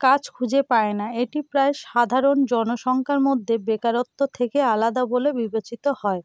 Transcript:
কাজ খুঁজে পায় না এটি প্রায় সাধারণ জনসংখ্যার মধ্যে বেকারত্ব থেকে আলাদা বলে বিবেচিত হয়